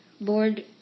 board